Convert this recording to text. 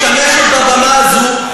משתמשת בבמה הזו,